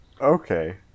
Okay